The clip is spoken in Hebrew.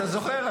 אתה זוכר?